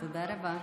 תודה רבה.